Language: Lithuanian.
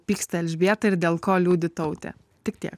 pyksta elžbieta ir dėl ko liūdi tautė tik tiek